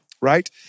right